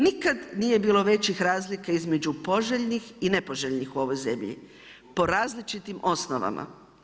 Nikada nije bilo većih razlika između poželjnih i nepoželjnih u ovoj zemlji po različitim osnovama.